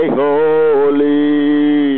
holy